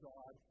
God